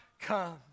come